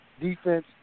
defense